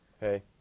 hey